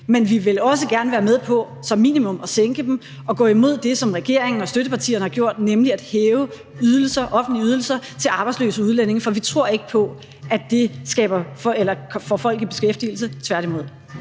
men vi vil også gerne være med på, som minimum, at sænke ydelserne og gå imod det, som regeringen og støttepartierne har gjort, nemlig at hæve offentlige ydelser til arbejdsløse udlændinge, for vi tror ikke på, at det får folk i beskæftigelse, tværtimod.